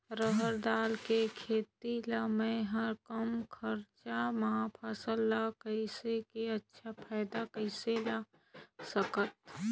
रहर दाल के खेती ला मै ह कम खरचा मा फसल ला लगई के अच्छा फायदा कइसे ला सकथव?